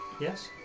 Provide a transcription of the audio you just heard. Yes